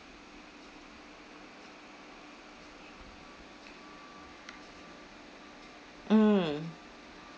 mm